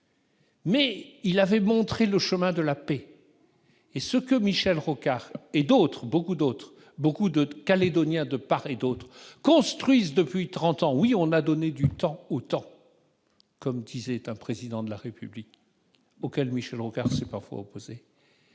mais il a montré le chemin de la paix. Ce que Michel Rocard et de nombreux autres, des Calédoniens de part et d'autre, construisent depuis trente ans- on a, oui, donné du temps au temps, comme disait un Président de la République auquel Michel Rocard s'est parfois opposé